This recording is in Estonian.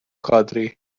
kadri